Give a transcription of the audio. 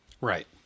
Right